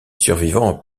survivants